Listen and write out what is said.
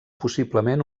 possiblement